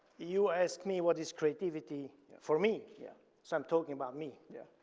you ask me what is creativity for me? yeah so i'm talking about me? yeah.